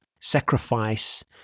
sacrifice